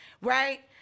right